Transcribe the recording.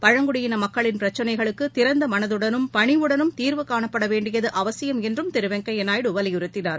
பழங்குடியின மக்களின் பிரச்னைகளுக்கு திறந்த மனதுடனும் பணிவுடனும் தீர்வு காணப்பட வேண்டியது அவசியம் என்றும் திரு வெங்கய்யு நாயுடு வலியறுத்தினார்